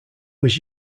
was